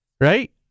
right